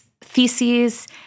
theses